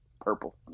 purple